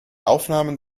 aufnahmen